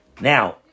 now